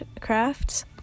crafts